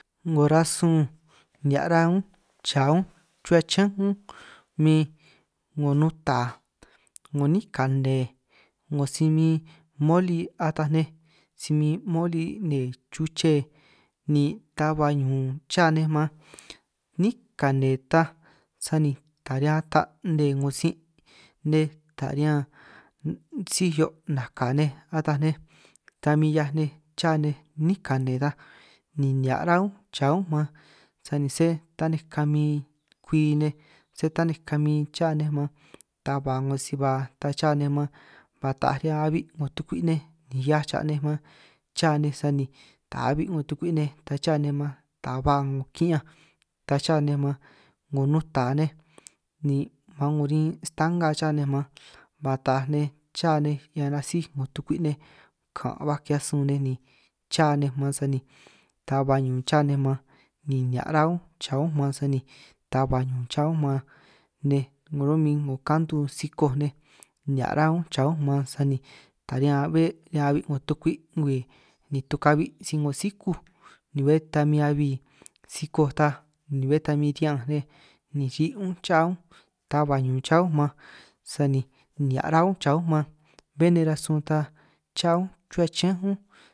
'Ngo rasun nihia' rá únj cha únj chuhua chiñán únj min 'ngo nuta, 'ngo 'nín kane, 'ngo si min moli ata nej, si min moli nne chuche ni ta ba ñun cha nej man, 'nín kane ta sani ta riñan ata nne 'ngo sin' nej ta riñan síj hio' naka nej ataj nej, ta min 'hiaj nej cha nej 'nín kane ta ni nihia' rá únj cha únj man, sani sé taninj kamin kwi nej sé taninj kamin cha nej man, ta ba 'ngo si ba ta cha nej man ba taaj ñan abi' 'ngo tukwi' nej ni 'hiaj cha nej man cha nej sani ta abi' 'ngo tukwi' nej, ta cha nej man ta ba 'ngo ki'ñanj ta cha nej man 'ngo nuta nej ni man 'ngo rin stanga cha nej man, ba taaj nej chaj nej ñan nasíj 'ngo tukwi' nej kan' baj ki'hiaj sun nej ni cha nej man sani ta ba ñun cha nej man, ni nihia' rá únj cha únj man sani ta ba ñun cha únj man nej, 'ngo ro'min 'ngo kantu sikoj nej nihia' rá únj cha únj man sani ta riñan be' ñan abi' 'ngo tukwi' ngwii ni tuka'bi' sij 'ngo sikúj ni bé ta min abi sikoj ta ni bé ta min ri'ñanj nej ni ri' únj cha únj, ta ba ñun cha únj man sani nihia' rá únj cha únj man, bé nej rasun ta cha únj ruhua chiñán únj.